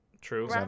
true